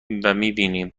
میشنویم